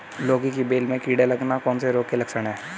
लौकी की बेल में कीड़े लगना कौन से रोग के लक्षण हैं?